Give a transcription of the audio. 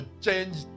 change